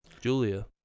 Julia